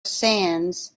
sands